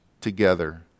together